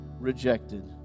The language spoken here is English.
rejected